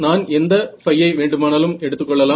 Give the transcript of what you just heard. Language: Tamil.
நான் எந்த ϕ வேண்டுமானாலும் எடுத்துக்கொள்ளலாம்